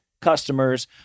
customers